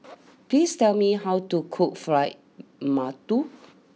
please tell me how to cook Fried Mantou